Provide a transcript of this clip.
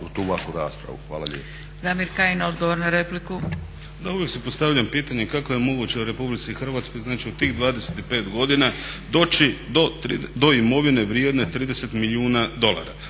tu vašu raspravu. Hvala lijepo.